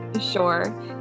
Sure